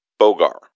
Bogar